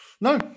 No